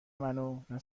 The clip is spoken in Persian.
منو، نه